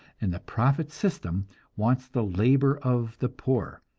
and the profit system wants the labor of the poor,